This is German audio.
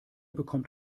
bekommt